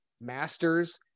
masters